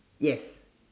yes